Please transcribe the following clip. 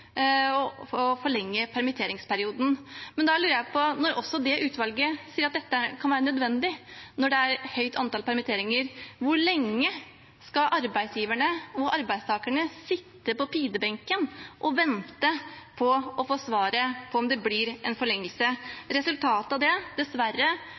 å forlenge permitteringsperioden. Men da lurer jeg på: Når også dette utvalget sier at dette kan være nødvendig når det er et høyt antall permitteringer – hvor lenge skal arbeidsgiverne og arbeidstakerne sitte på pinebenken og vente på å få svar på om det blir en